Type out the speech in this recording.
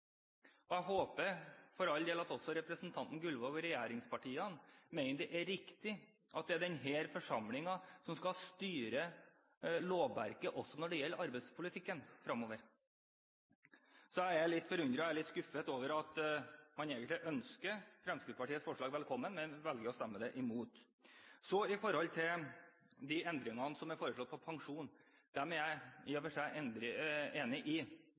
Jeg håper for all del at også representanten Gullvåg og regjeringspartiene mener det er riktig at det er denne forsamlingen som skal styre lovverket, også når det gjelder arbeidspolitikken fremover. Så er jeg litt forundret – og litt skuffet – over at man egentlig ønsker Fremskrittspartiets forslag velkommen, men velger å stemme imot det. Når det gjelder de endringene som er foreslått på pensjon: Dem er jeg for så vidt enig i. Så er det ett vesentlig moment til: Representanten Gullvåg går ut i